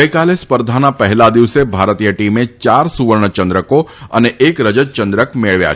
ગઈકાલે સ્પર્ધાના પહેલા દિવસે ભારતીય ટીમે ચાર સુવર્ણચંદ્રકો અને એક રજતયંદ્રક મેળવ્યા છે